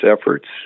efforts